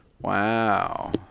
Wow